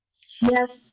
Yes